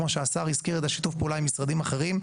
כמו שהשר הזכיר את שיתופי הפעולה עם המשרדים האחרים,